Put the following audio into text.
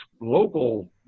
local